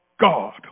God